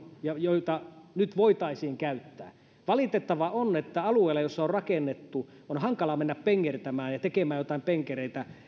joita nyt voitaisiin käyttää valitettavaa on että alueilla joilla on rakennettu on hankala mennä pengertämään ja tekemään jotain penkereitä